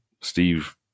steve